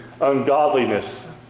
ungodliness